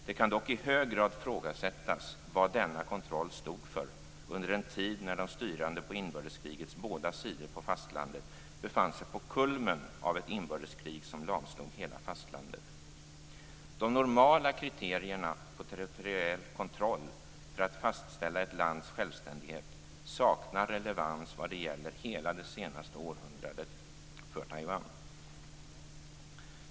Det kan dock i hög grad ifrågasättas vad denna kontroll stod för under en tid när de styrande på inbördeskrigets båda sidor på fastlandet befann sig på kulmen av ett inbördeskrig som lamslog hela fastlandet. De normala kriterierna på territoriell kontroll för att fastställa ett lands självständighet saknar relevans vad gäller hela det senaste århundradet för Taiwan.